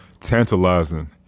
tantalizing